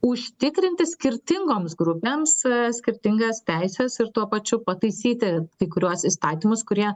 užtikrinti skirtingoms grupėms skirtingas teises ir tuo pačiu pataisyti kai kuriuos įstatymus kurie